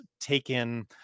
taken